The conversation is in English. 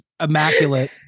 immaculate